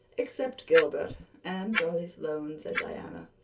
except gilbert and charlie sloane, said diana,